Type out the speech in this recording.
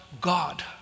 God